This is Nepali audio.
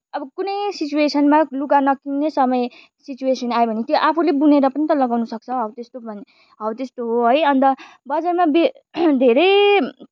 अब कुनै सिचुवेसनमा लुगा नकिन्ने समय सिचुवेसन आयो भने त्यो आफूले बुनेर पनि त लगाउनु सक्छ हौ त्यस्तो भने हौ त्यस्तो हो है अन्त बजारमा बेज धेरै